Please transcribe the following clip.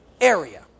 area